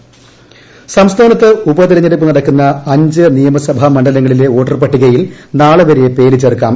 ഉപതിരഞ്ഞെടുപ്പ് സംസ്ഥാനത്ത് ഉപതെരഞ്ഞെടുപ്പ് നടക്കുന്ന അഞ്ച് നിയമസഭാ മണ്ഡലങ്ങളിലെ വോട്ടർപട്ടിക്കയിൽ നാളെവരെ പേര് ചേർക്കാം